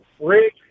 Rick